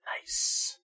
Nice